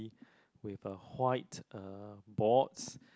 with a white uh board